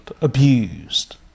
abused